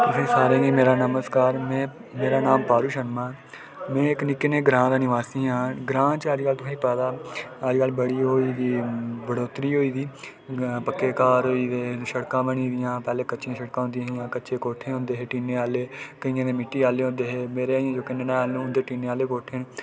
तुसें सारें गी मेरा नमस्कार मेरा नांऽ पारुल शर्मा ऐ में इक निक्के जेह् ग्रां दा निबासी आं ग्रांऽ च अज कल तुसें गी पता बडी ओह् होई दी बडोतरी होई दी पक्के घर होई दे शिड़कां बनी दियां पैह्लें कच्चियां शिडकां होंदियां हियां कच्चे कोठे होंदे हे टीने आह्ले केइयें मिट्टी आह्ले होंदे हे मेरे ननेहाल न जेह्डे़ उं'दे टीने आह्ले कोठे न